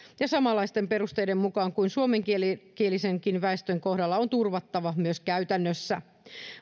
ja samanlaisten perusteiden mukaan kuin suomenkielisenkin väestön kohdalla on turvattava myös käytännössä